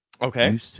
Okay